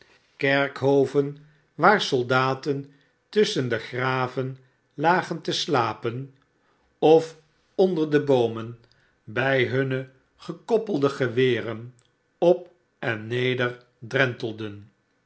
kerkhoven waar soldaten tusschen de graven lagen te slapen of onder de boomen bij hunne gekoppelde geweren op en neder